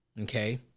Okay